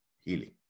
healing